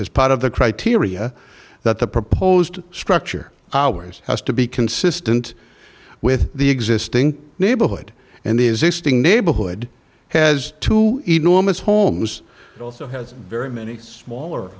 as part of the criteria that the proposed structure ours has to be consistent with the existing neighborhood and the existing neighborhood has two enormous homes also has very many smaller